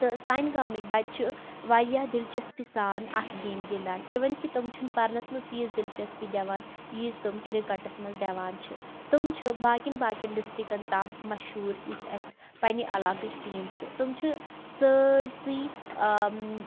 تہٕ سانہِ گامٕکۍ بَچہِ چھِ وارِیاہ دِلچَسپی سان اَتھ گیمہِ گِنٛدان اِوٕن کہِ تم چھِنہٕ پَرنَس منٛز تیٖژ دِلچَسپی دِوان ییٖژ تٕم کِرکَٹَس منٛز دِوان چھِ تٕم چھِ باقیَن باقیَن ڈِسٹِرٛکَن تام مَشہوٗر یُس اَسہِ پنٛنہِ عَلاقٕچ ٹیٖم چھِ تم چھِ سٲرسٕے